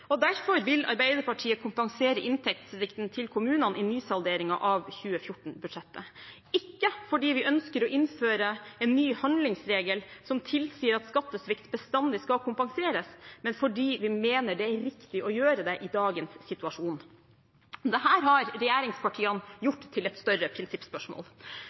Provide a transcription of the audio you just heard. resultat. Derfor vil Arbeiderpartiet kompensere inntektssvikten til kommunene i nysalderingen av 2014-budsjettet – ikke fordi vi ønsker å innføre en ny handlingsregel som tilsier at skattesvikt bestandig skal kompenseres, men fordi vi mener det er riktig å gjøre det i dagens situasjon. Dette har regjeringspartiene gjort til et større prinsippspørsmål.